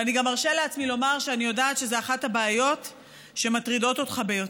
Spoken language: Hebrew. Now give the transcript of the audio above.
וגם ארשה לעצמי לומר שאני יודעת שזו אחת הבעיות שמטרידות אותך ביותר.